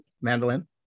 mandolin